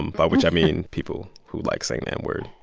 by which i mean people who like saying the n-word